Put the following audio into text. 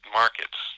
markets